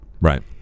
right